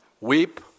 weep